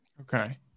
Okay